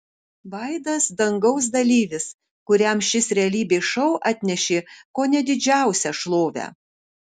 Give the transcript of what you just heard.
vaidas dangaus dalyvis kuriam šis realybės šou atnešė kone didžiausią šlovę